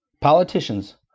Politicians